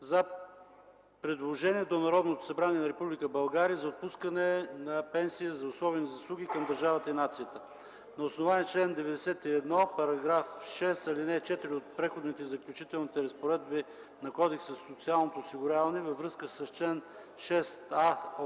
за предложение до Народното събрание на Република България за отпускане на пенсия за особени заслуги към държавата и нацията На основание чл. 91 и § 6, ал. 4 от Преходните и заключителните разпоредби на Кодекса за социално осигуряване във връзка с чл. 6а от